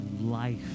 life